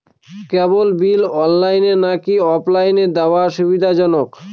কেবল bill অনলাইনে নাকি অফলাইনে দেওয়া সুবিধাজনক?